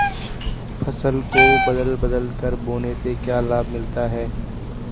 फसल को बदल बदल कर बोने से क्या लाभ मिलता है?